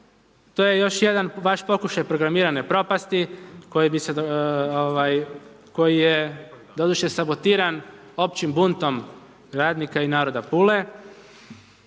To je još jedan vaš pokušaj programirane propasti koji je, doduše, sabotiran općim buntom radnika i naroda Pule.